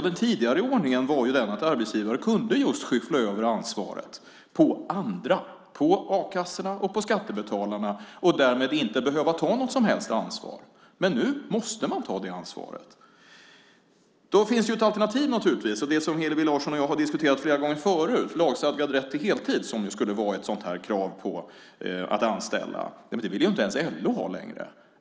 Den tidigare ordningen var att arbetsgivare kunde skyffla över ansvaret på andra, på a-kassorna och på skattebetalarna och därmed inte behöva ta något som helst ansvar. Men nu måste de ta det ansvaret. Då finns det naturligtvis ett alternativ som Hillevi Larsson och jag har diskuterat flera gånger förut, och det är lagstadgad rätt till heltid. Det skulle vara ett krav att anställa på heltid. Det vill inte ens LO ha längre.